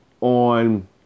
on